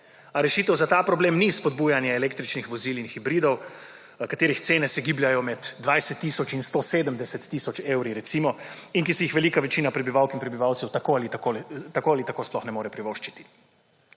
rešitev za ta problem ni spodbujanje električnih vozil in hibridov katerih cene se gibljejo med 20 tisoč in 170 tisoč evri recimo, in ki si jih velika večina prebivalk in prebivalcev tako ali tako sploh ne more privoščiti.